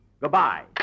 Goodbye